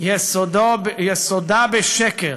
יסודה בשקר